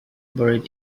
buried